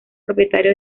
propietario